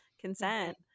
consent